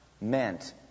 meant